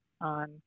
on